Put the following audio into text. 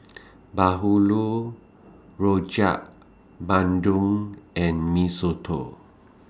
Bahulu Rojak Bandung and Mee Soto